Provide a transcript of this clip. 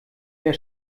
wer